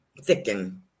thicken